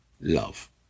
love